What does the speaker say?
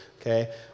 okay